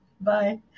Bye